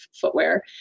footwear